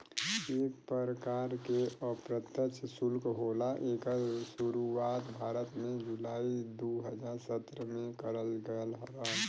एक परकार के अप्रत्यछ सुल्क होला एकर सुरुवात भारत में जुलाई दू हज़ार सत्रह में करल गयल रहल